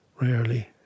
rarely